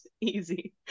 easy